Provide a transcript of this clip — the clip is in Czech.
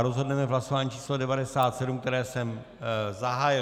Rozhodneme v hlasování číslo 97, které jsem zahájil.